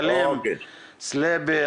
סלים סליבי,